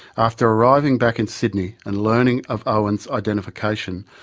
after arriving back in sydney and learning of owen's identification,